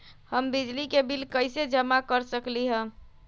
हम बिजली के बिल कईसे जमा कर सकली ह?